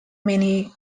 many